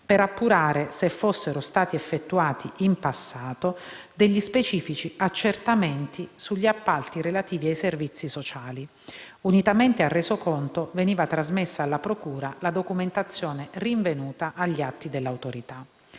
per appurare se fossero stati effettuati in passato degli specifici accertamenti sugli appalti relativi ai servizi sociali; unitamente al resoconto, veniva trasmessa alla procura la documentazione rinvenuta agli atti dell’Autorità.